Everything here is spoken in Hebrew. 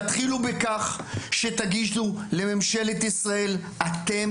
תתחילו בכך שתגידו לממשלת ישראל: אתם